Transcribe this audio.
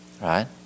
Right